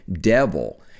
devil